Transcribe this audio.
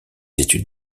études